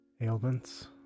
ailments